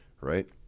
Right